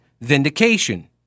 vindication